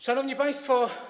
Szanowni Państwo!